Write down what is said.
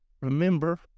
remember